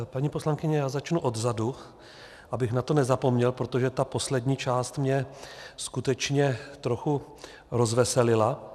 Paní poslankyně, já začnu odzadu, abych na to nezapomněl, protože ta poslední část mě skutečně trochu rozveselila.